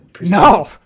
no